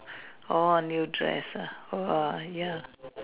oh new dress ah !wah! ya